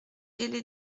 hellé